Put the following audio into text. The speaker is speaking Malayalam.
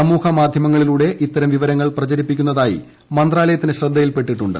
സമൂഹമാധ്യമങ്ങളിലൂടെ ഇത്തരം വിവരങ്ങൾ പ്രചരിക്കുന്നതായി മന്ത്രാലയത്തിന്റെ ശ്രദ്ധയിൽപ്പെട്ടിട്ടുണ്ട്